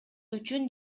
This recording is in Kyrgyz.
үчүн